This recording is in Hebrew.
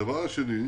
הדבר השני,